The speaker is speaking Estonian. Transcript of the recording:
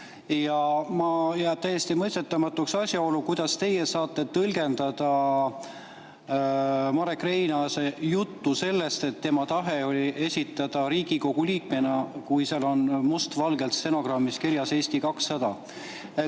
Ja jääb täiesti mõistetamatuks asjaolu, kuidas teie saate tõlgendada Marek Reinaasi juttu [selliselt], et tema tahe oli esitada [kandidaat] Riigikogu liikmena, kui seal on must valgel stenogrammis kirjas "Eesti 200".